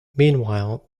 meanwhile